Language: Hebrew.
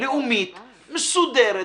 לאומית מסודרת?